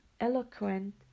eloquent